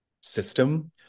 system